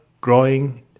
growing